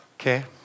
Okay